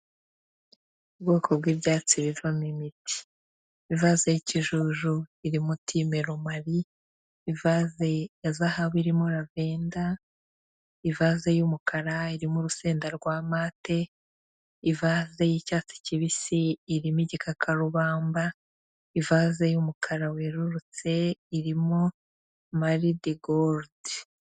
Ubwoko bw'ibyatsi bivamo imiti, ivaze y'ikijuju iririmo timeromari, ivaze ya zahabu irimo ravenda, ivaze y'umukara irimo urusenda rwa mate, ivaze y'icyatsi kibisi irimo igikarubamba, ivaze y'umukara werurutse, irimo maridegorute.